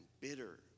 bitter